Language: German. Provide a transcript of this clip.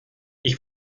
ich